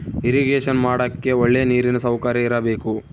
irrigation ಮಾಡಕ್ಕೆ ಒಳ್ಳೆ ನೀರಿನ ಸೌಕರ್ಯ ಇರಬೇಕು